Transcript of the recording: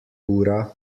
ura